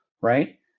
Right